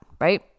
right